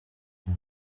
kwa